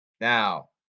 Now